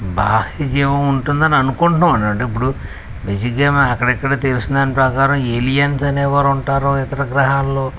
బాహ్య జీవం ఉంటుందని అనుకుంటున్నామనంటే ఇప్పుడు బేసిక్గా మా అక్కడ ఇక్కడ తెలిసిన దాన్ని ప్రకారం ఏలియన్స్ అనేవారు ఉంటారు ఇతర గ్రహాల్లో